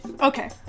Okay